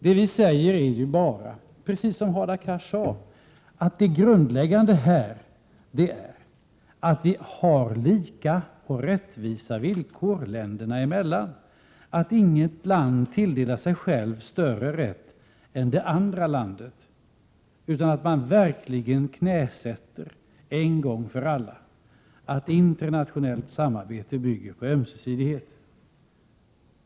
Det som vi säger är ju bara, precis som Hadar Cars framhöll, att det grundläggande är att vi har lika och rättvisa villkor länderna emellan, att inget land tilldelar sig själv större rätt än det andra landet, utan att man verkligen knäsätter en gång för alla att internationellt samarbete bygger på ömsesidighet.